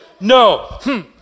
No